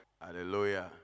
Hallelujah